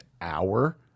hour